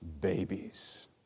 babies